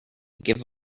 give